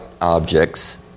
objects